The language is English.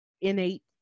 innate